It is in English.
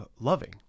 loving